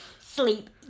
sleep